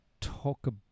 talk